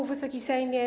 Wysoki Sejmie!